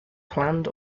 planned